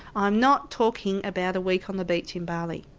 i'm not talking about a week on the beach in bali.